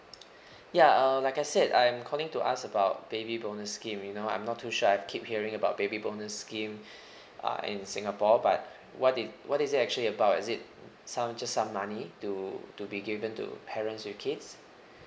ya uh like I said I'm calling to ask about baby bonus scheme you know I'm not too sure I keep hearing about baby bonus scheme uh in singapore but what is what is it actually about is it some just some money to to be given to parents withkids